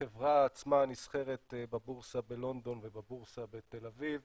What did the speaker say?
החברה עצמה נסחרת בבורסה בלונדון ובבורסה בתל אביב,